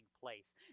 place